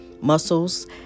muscles